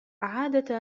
عادة